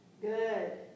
Good